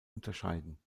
unterscheiden